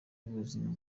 w’ubuzima